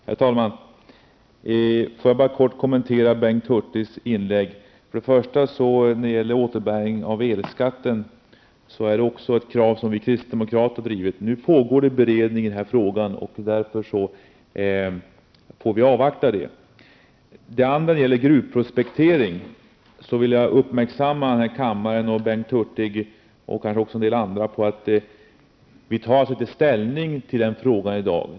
Herr talman! Får jag bara kort kommentera Bengt Hurtigs inlägg. När det för det första gäller återbäringen av elskatten är det ett krav som också vi kristdemokrater har drivit. Nu pågår det en beredning i frågan, och därför får vi avvakta den. För det andra gäller det gruvprospektering, och jag vill uppmärksamma Bengt Hurtig och kammaren på att vi inte tar ställning till den frågan i dag.